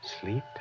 sleep